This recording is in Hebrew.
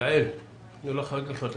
יעל ארקין בבקשה.